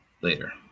Later